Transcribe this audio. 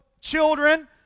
children